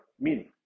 meaning